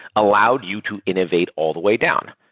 allowed you to innovate all the way down?